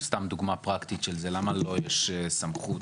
למה לו יש סמכות?